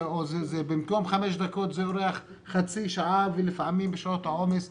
במקום חמש דקות זה אורך חצי שעה ולפעמים בשעות העומס שעה.